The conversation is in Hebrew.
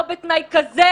לא בתנאי כזה,